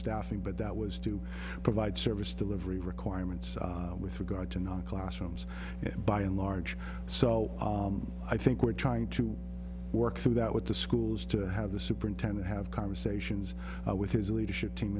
staffing but that was to provide service delivery requirements with regard to non classrooms and by and large so i think we're trying to work through that with the schools to have the superintendent have conversations with his leadership team